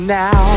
now